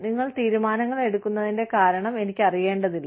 നിങ്ങൾ തീരുമാനങ്ങൾ എടുക്കുന്നതിന്റെ കാരണം എനിക്കറിയേണ്ടതില്ല